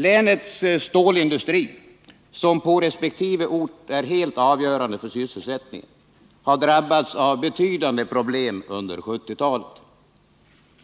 Länets stålindustri, som på resp. ort är helt avgörande för sysselsättningen, har drabbats av betydande problem under 1970-talet.